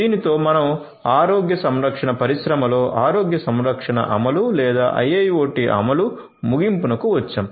దీనితో మనం ఆరోగ్య సంరక్షణ పరిశ్రమలో ఆరోగ్య సంరక్షణ అమలు లేదా IIoT అమలు ముగింపుకు వచ్చాము